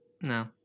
No